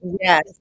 Yes